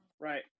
right